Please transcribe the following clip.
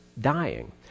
dying